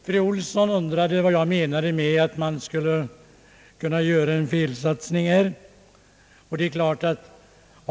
Fru Elvy Olson undrade vad jag menade med att man skulle kunna göra en felsatsning.